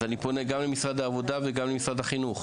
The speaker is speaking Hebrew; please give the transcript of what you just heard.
אז אני פונה גם למשרד העבודה וגם למשרד החינוך.